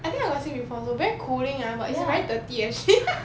I think I got before also very cooling ah but is very dirty actually